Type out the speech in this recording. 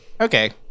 okay